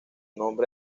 nombre